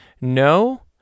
No